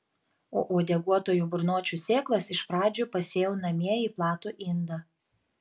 o uodeguotųjų burnočių sėklas iš pradžių pasėjau namie į platų indą